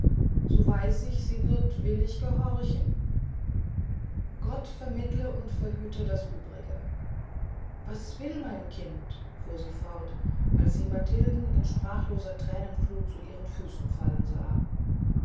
so weiß ich sie wird willig gehorchen gott vermittle und verhüte das uebrige was will mein kind fuhr sie fort als sie matilden in sprachloser thränenflut zu ihren füßen fallen sah